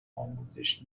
آموزش